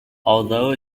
although